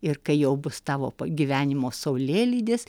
ir kai jau bus tavo gyvenimo saulėlydis